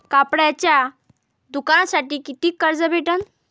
कापडाच्या दुकानासाठी कितीक कर्ज भेटन?